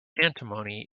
antimony